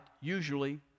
usually